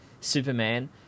Superman